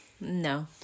No